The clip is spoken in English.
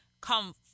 come